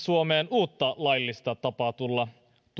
uutta laillista tapaa tulla